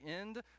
end